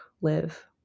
live